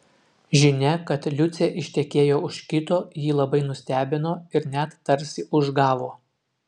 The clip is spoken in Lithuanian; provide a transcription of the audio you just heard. žinia kad liucė ištekėjo už kito jį labai nustebino ir net tarsi užgavo